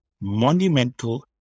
monumental